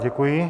Děkuji.